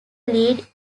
lead